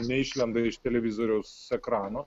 neišlenda iš televizoriaus ekrano